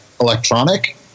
electronic